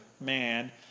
man